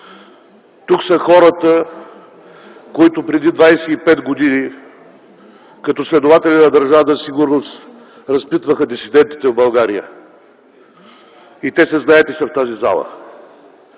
Тук са хората, които преди 25 години, като следователи на Държавна сигурност разпитваха дисидентите в България. Те се знаят и са в тази зала.